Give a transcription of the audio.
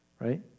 Right